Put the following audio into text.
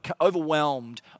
overwhelmed